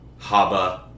Haba